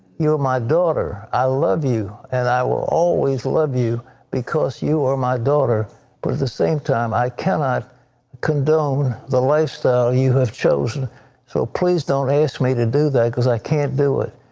you are my daughter. i love you and i will always love you because you are my daughter but at the same time i cannot condone lifestyle you have chosen so please don't ask me to do that cause i can't do it.